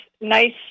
nice